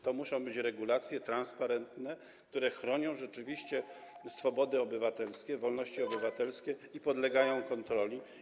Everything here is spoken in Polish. To muszą być regulacje transparentne, które rzeczywiście chronią swobody obywatelskie, wolności obywatelskie i podlegają kontroli.